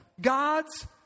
God's